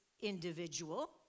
individual